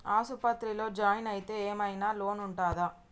ఆస్పత్రి లో జాయిన్ అయితే ఏం ఐనా లోన్ ఉంటదా?